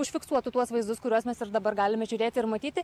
užfiksuotų tuos vaizdus kuriuos mes ir dabar galime žiūrėti ir matyti